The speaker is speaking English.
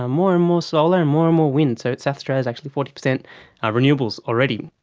ah more and more solar and more and more wind. so south australia is actually forty percent ah renewables already.